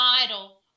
title